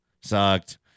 sucked